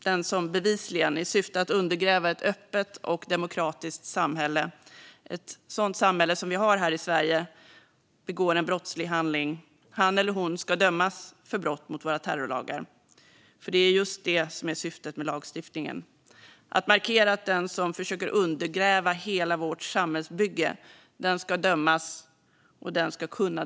Den som bevisligen i syfte att undergräva ett öppet och demokratiskt samhälle - ett sådant samhälle som vi har i Sverige - begår en brottslig handling ska dömas för brott mot våra terrorlagar. Det är just det som är syftet med lagstiftningen, det vill säga att markera att den som försöker undergräva hela vårt samhällsbygge ska dömas - och dömas hårt.